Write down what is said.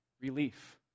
Relief